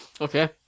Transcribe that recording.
Okay